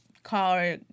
call